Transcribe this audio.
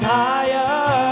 higher